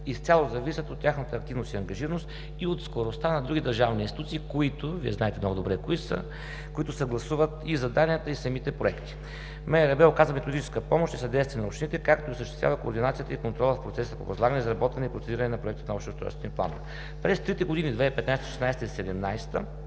изцяло зависят от тяхната активност и ангажираност, и от скоростта на други държавни институции – Вие знаете много добре кои са, които съгласуват и заданията, и самите проекти. МРРБ оказва методическа помощ и съдействие на общините, като осъществява координацията и контрола в процеса по възлагане, изработване и процедиране на проектите на общите